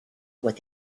what